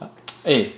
eh